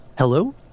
Hello